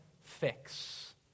fix